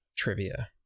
trivia